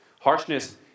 Harshness